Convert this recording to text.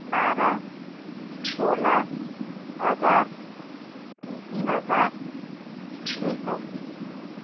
बाह्र सोह्र हजार तिन हजार दुई सौ